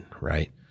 right